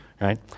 right